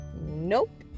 nope